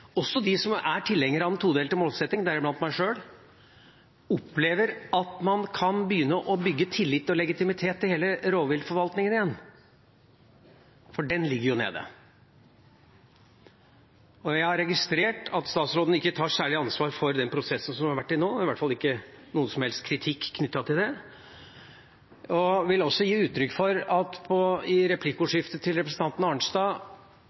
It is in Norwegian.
også de som er tilhengere av den todelte målsettingen, deriblant jeg sjøl – opplever at man kan begynne å bygge tillit og legitimitet i hele rovviltforvaltningen igjen, for den ligger nede. Jeg har registrert at statsråden ikke tar særlig ansvar for den prosessen som har vært til nå, det har i hvert fall ikke vært noen som helst kritikk knyttet til det. Jeg vil også gi uttrykk for at det å bruke – i replikkordskiftet med representanten Arnstad